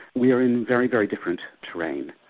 we're in very, very different terrain.